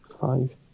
five